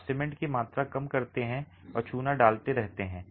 आप सीमेंट की मात्रा कम करते हैं और चूना डालते रहते हैं